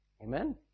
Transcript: Amen